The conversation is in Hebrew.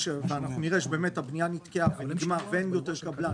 ואנחנו נראה שהבנייה באמת נתקעה בגמר ואין יותר קבלן